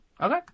Okay